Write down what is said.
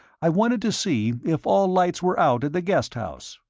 i wanted to see if all lights were out at the guest house.